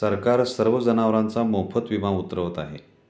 सरकार सर्व जनावरांचा मोफत विमा उतरवत आहे